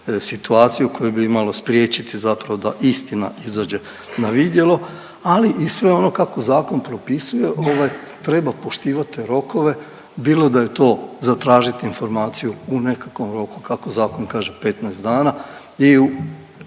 situaciju u kojoj bi imalo spriječiti zapravo da istina izađe na vidjelo, ali i sve ono kako zakon propisuje, ovaj, treba poštivati te rokove, bilo da je to zatražiti informaciju u nekakvom roku, kako zakon kaže, 15 dana i u,